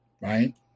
Right